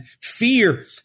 fear